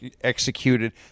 executed